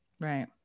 Right